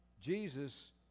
Jesus